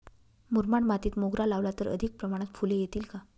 मुरमाड मातीत मोगरा लावला तर अधिक प्रमाणात फूले येतील का?